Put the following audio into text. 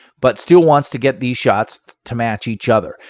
but still wants to get these shots to match each other.